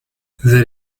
that